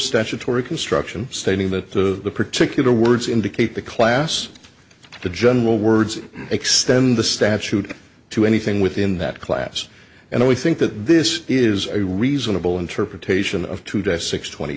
statutory construction stating that the particular words indicate the class of the general words extend the statute to anything within that class and we think that this is a reasonable interpretation of today's six twenty